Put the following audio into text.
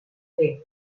fer